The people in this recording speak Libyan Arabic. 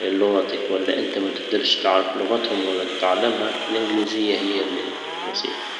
لغتك ولا انت متجدرش تعرف لغتهم ولا تتعلمها الانجليزية هي الوسيط